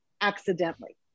accidentally